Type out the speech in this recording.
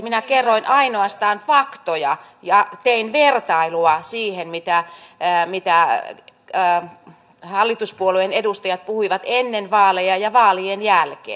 minä kerroin ainoastaan faktoja ja tein vertailua siihen mitään enää mitään ei mitä hallituspuolueen edustajat puhuivat ennen vaaleja ja vaalien jälkeen